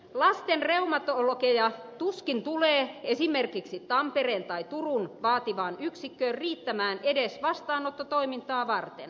lastenreumatologeja tuskin tulee esimerkiksi tampereen tai turun vaativaan yksikköön riittämään edes vastaanottotoimintaa varten